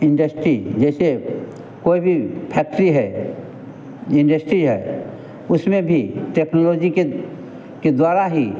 industry जैसे कोई भी फैक्ट्री है इंडश्ट्री है उसमें भी टेक्नोलॉजी के के द्वारा ही